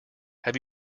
have